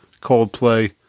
Coldplay